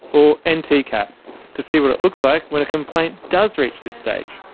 or and ntcat, to see what it looks like when a complaint does reach this stage.